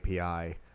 API